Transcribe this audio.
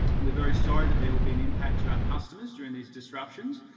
we're very sorry that there will be an impact to our customers during these disruptions,